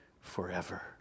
forever